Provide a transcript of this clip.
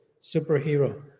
Superhero